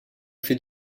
fait